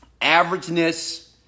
averageness